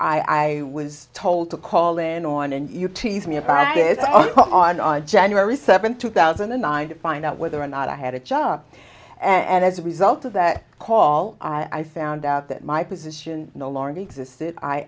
i was told to call in on and you tease me about it on january seventh two thousand and nine to find out whether or not i had a job and as a result of that call i found out that my position